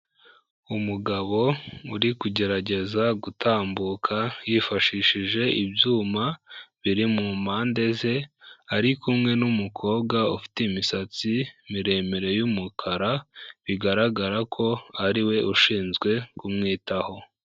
Umugabo uri kugerageza gutambuka yifashishije ibyuma biri mu mpande ze arikumwe n'umukobwa ufite imisatsi miremire y'umukara bigaragara ko ariwe ushinzwe kumwitaho.